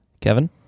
Kevin